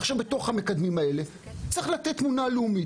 עכשיו בתוך המקדמים האלה, צריך לתת תמונה לאומית.